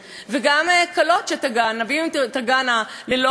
אם הן תגענה ללא פתק מהרבנות הראשית,